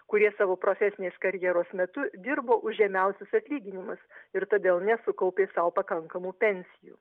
kurie savo profesinės karjeros metu dirbo už žemiausius atlyginimus ir todėl nesukaupė sau pakankamų pensijų